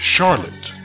Charlotte